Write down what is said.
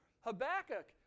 Habakkuk